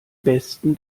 besten